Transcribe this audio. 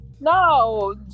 No